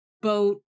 boat